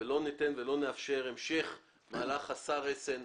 השתת עלויות כבדות ולא פרופורציונליות,